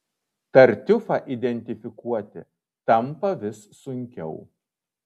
tartiufą identifikuoti tampa vis sunkiau